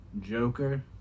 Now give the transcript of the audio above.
Joker